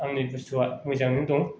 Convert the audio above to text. आंनि बुसथुआ मोजाङैनो दं